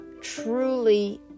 truly